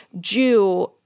Jew